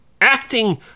acting